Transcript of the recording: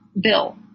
bill